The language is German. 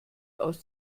aus